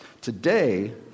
Today